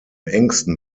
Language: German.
engsten